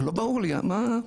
לא ברור לי מה,